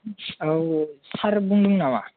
औ सार बुंदों नामा